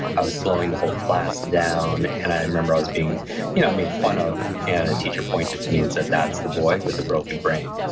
i was slowing the whole class down and i remember, i was being you know made fun of, and a teacher pointed to me and said, that's the boy with the broken brain.